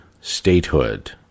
statehood